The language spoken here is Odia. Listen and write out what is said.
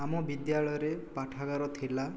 ଆମ ବିଦ୍ୟାଳୟରେ ପାଠାଗାର ଥିଲା